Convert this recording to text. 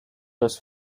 was